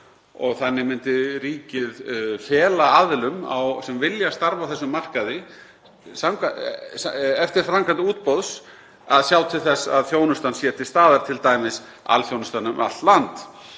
Þannig myndi ríkið fela aðilum sem vilja starfa á þessum markaði, eftir framkvæmd útboðs, að sjá til þess að þjónustan sé til staðar, t.d. alþjónustan um allt land.